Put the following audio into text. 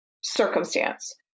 circumstance